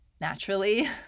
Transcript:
naturally